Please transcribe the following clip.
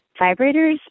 Vibrators